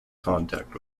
contact